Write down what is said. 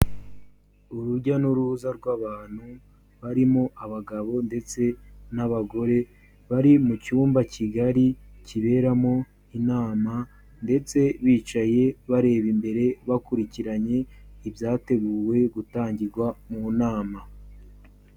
Urujya n'uruza rw'abantu barimo abagabo ndetse n'abagore, bari mu cyumba kigari kiberamo inama ndetse bicaye bareba imbere bakurikiranye, ibyateguwe gutangirwa mu nama.